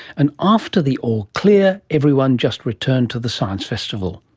and after the all clear, everyone just returned to the science festival.